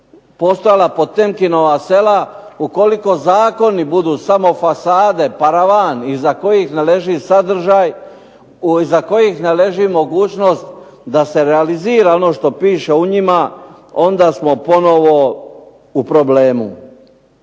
postojala ... sela, ukoliko Zakoni budu samo fasade, samo paravan iza kojih ne leži mogućnost da se realizira ono što piše u njima onda smo ponovno u problemu.